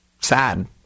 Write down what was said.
sad